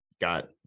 got